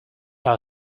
our